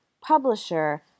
publisher